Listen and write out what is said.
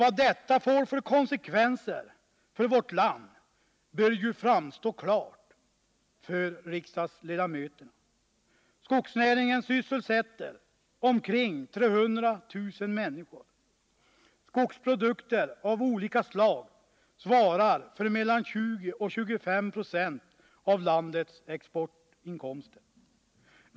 Vad detta får för konsekvenser för vårt land bör framstå klart för riksdagsledamöterna. Skogsnäringen sysselsätter omkring 300 000 människor. Skogsprodukter av olika slag svarar för mellan 20 och 25 Z& av landets exportinkomster.